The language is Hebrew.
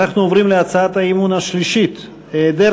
אנחנו עוברים להצעת האי-אמון השלישית: היעדר